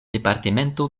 departemento